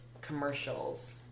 commercials